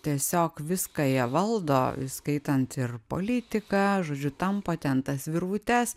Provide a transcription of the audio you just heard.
tiesiog viską jie valdo įskaitant ir politiką žodžiu tampo ten tas virvutes